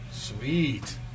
Sweet